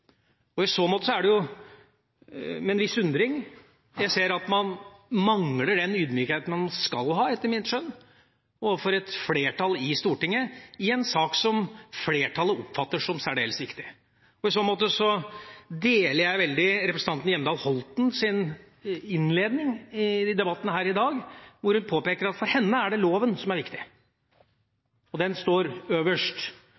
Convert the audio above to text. I så måte er det med en viss undring jeg ser at man mangler den ydmykheten man etter mitt skjønn skal ha overfor et flertall i Stortinget i en sak som flertallet oppfatter som særdeles viktig. I så måte deler jeg representanten Hjemdals syn i hennes innledning til debatten her i dag, der hun påpeker at for henne er det loven som er